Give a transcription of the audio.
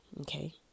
okay